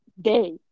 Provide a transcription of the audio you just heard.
day